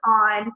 on